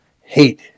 hate